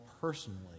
personally